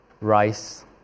Rice